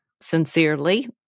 sincerely